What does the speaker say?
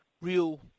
real